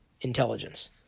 intelligence